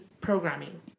programming